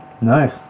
Nice